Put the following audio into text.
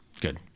good